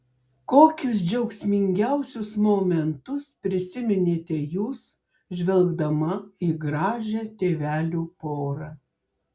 kokius džiaugsmingiausius momentus prisiminėte jūs žvelgdama į gražią tėvelių porą